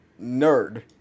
Nerd